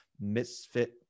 misfit